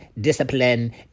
discipline